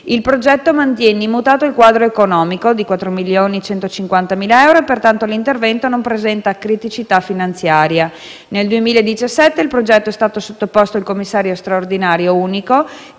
Il progetto mantiene immutato il quadro economico di 4.150.000 euro e pertanto l'intervento non presenta criticità finanziaria. Nel 2017 il progetto è stato sottoposto al commissario straordinario unico